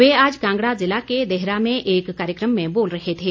वे आज कांगड़ा जिला के देहरा में एक कार्यक्रम में बोल रहे थे